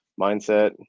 mindset